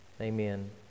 amen